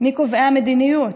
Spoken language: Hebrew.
מקובעי המדיניות.